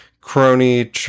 crony